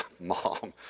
Mom